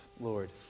Lord